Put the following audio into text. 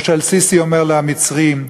או א-סיסי אומר למצרים.